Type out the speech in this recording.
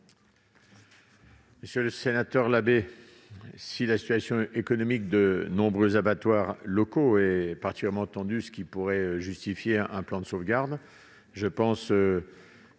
Monsieur le sénateur Labbé, si la situation économique de nombreux abattoirs locaux est particulièrement tendue, ce qui pourrait justifier un plan de sauvegarde, il faut